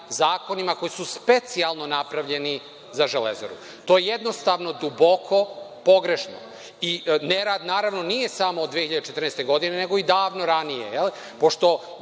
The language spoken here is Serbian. zakonima koji su specijalno napravljeni za „Železaru“. To je jednostavno duboko, pogrešno i nerad, naravno, nije samo od 2014. godine, nego i davno ranije, pošto